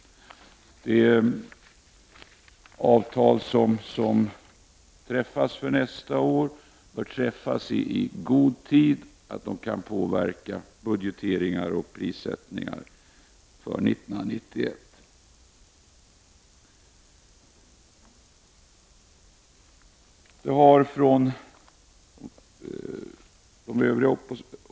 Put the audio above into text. De avtal som skall ingås nästa år bör träffas i så god tid att de kan påverka budgeteringen och prissättningen för 1991.